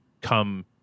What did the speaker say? come